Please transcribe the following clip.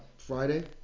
Friday